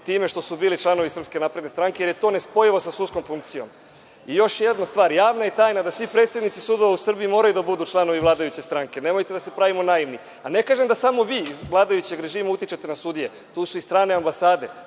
time što su bili članovi SNS jer je to nespojivo sa sudijskom funkcijom. Još jedna stvar, javna je tajna da svi predsednici sudova u Srbiji moraju da budu članovi vladajuće stranke. Nemojte da se pravimo naivni. Ne kažem da samo vi iz vladajućeg režima utičete na sudije. Tu su i strane ambasade.